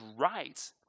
right